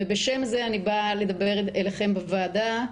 בשם זה אני באה לדבר אליכם בוועדה.